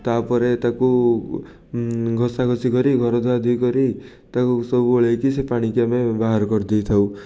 ତା'ପରେ ତାକୁ ଘଷାଘୁଷି କରି ଘର ଧୁଆଧୋଇ କରି ତାକୁ ସବୁ ଓଳେଇକି ସେ ପାଣିକି ଆମେ ବାହାର କରି ଦେଇଥାଉ